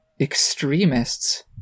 extremists